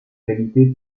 qualité